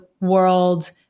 world